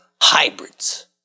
hybrids